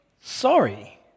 sorry